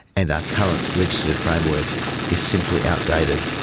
and our current legislative framework is simply outdated.